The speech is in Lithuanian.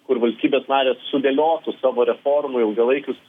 kur valstybės narės sudėliotų savo reformų ilgalaikius